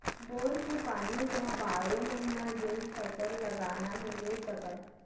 bore के पानी म बारो महिना जेन फसल लगाना हे ले सकत हे